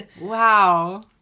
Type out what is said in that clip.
Wow